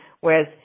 whereas